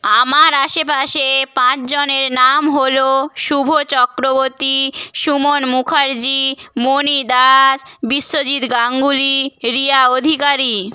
আমার পাশেপাশে পাঁচজনের নাম হল শুভ চক্রবর্তী সুমন মুখার্জি মণি দাস বিশ্বজিৎ গাঙ্গুলী রিয়া অধিকারী